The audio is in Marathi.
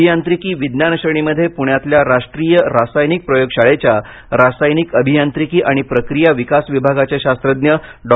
अभियांत्रिकी विज्ञान श्रेणीमध्ये पुण्यातल्या राष्ट्रीय रासायनिक प्रयोगशाळेच्या रासायनिक अभियांत्रिकी आणि प्रक्रिया विकास विभागाचे शास्त्रज्ञ डॉ